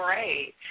Great